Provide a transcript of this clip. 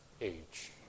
age